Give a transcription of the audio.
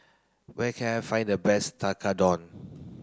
where can I find the best Tekkadon